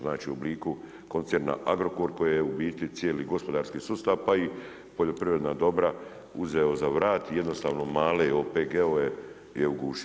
Znači, u obliku koncerna Agrokor koji je u biti cijeli gospodarski sustav, pa i poljoprivredna dobra uzeo za vrat i jednostavne male OPG-ove je ugušio.